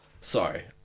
sorry